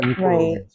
right